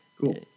cool